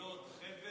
חבל אילות.